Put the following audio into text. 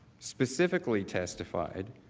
specifically testified